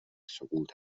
سقوط